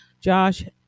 josh